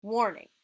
Warning